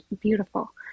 beautiful